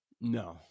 No